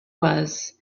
was